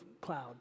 cloud